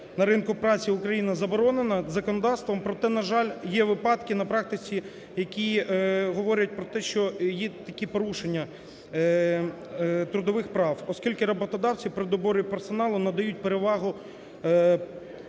на ринку праці України заборонена законодавством, проте, на жаль, є випадки на практиці, які говорять про те, що є такі порушення трудових прав, оскільки роботодавці при доборі персоналу надають перевагу